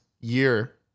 year